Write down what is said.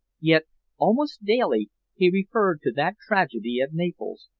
yet almost daily he referred to that tragedy at naples,